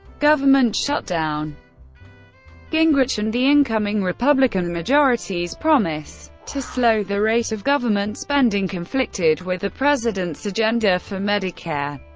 government shutdown gingrich and the incoming republican majority's promise to slow the rate of government spending conflicted with the president's agenda for medicare,